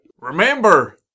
Remember